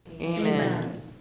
Amen